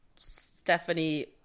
Stephanie